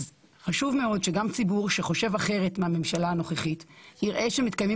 חשוב מאוד שגם ציבור שחושב אחרת מהממשלה הנוכחית יראה שמתקיימים